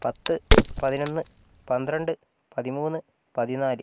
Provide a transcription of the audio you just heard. പത്ത് പതിനൊന്ന് പന്ത്രണ്ട് പതിമൂന്ന് പതിനാല്